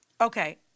Okay